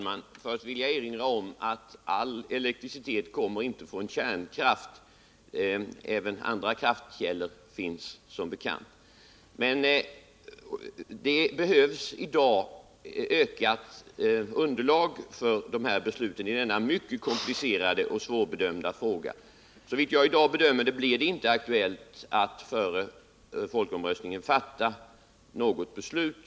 Herr talman! Låt mig erinra om att all elektricitet inte kommer från kärnkraft — det finns som bekant även andra kraftkällor. Det behövs i dag ett ökat underlag för besluten i denna mycket komplicerade och svårbedömbara fråga. Som jag i dag bedömer det blir det inte aktuellt att före folkomröstningen fatta något beslut.